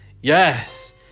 yes